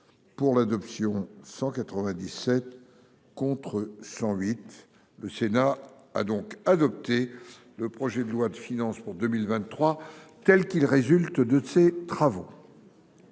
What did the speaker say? Pour l'adoption, 197 contre 108, le Sénat a donc adopté le projet de loi de finances pour 2023 tels qu'ils résultent de de ces travaux.